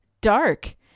dark